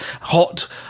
hot